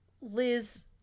liz